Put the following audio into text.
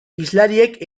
hizlariek